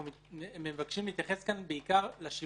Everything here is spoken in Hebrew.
מבקשים להתייחס כאן בעיקר לשיווק,